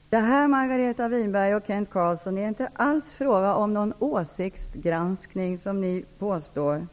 Fru talman! Detta, Margareta Winberg och Kent Carlsson, är inte alls fråga om någon åsiktsgranskning som ni påstår,